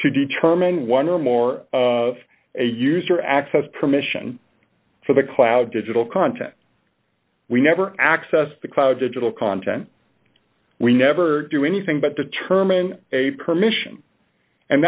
to determine one or more of a user access permission for the cloud digital content we never access the cloud digital content we never do anything but determine a permission and